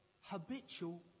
habitual